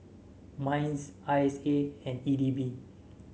Minds I S A and E D B